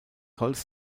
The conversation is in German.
holz